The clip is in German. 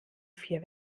vier